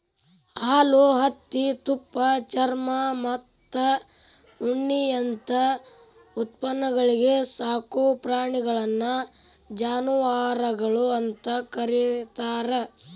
ಹಾಲು, ತತ್ತಿ, ತುಪ್ಪ, ಚರ್ಮಮತ್ತ ಉಣ್ಣಿಯಂತ ಉತ್ಪನ್ನಗಳಿಗೆ ಸಾಕೋ ಪ್ರಾಣಿಗಳನ್ನ ಜಾನವಾರಗಳು ಅಂತ ಕರೇತಾರ